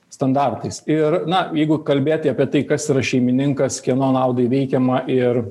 standartais ir na jeigu kalbėti apie tai kas yra šeimininkas kieno naudai veikiama ir